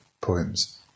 poems